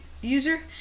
user